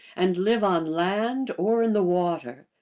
and live on land or in the water.